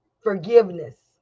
Forgiveness